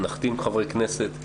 נחתים חברי כנסת,